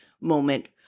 moment